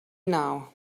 now